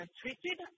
treated